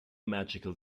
magical